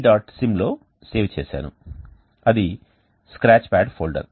sim లో save చేసాను అది స్క్రాచ్ప్యాడ్ ఫోల్డర్